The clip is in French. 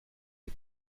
les